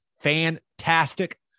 fantastic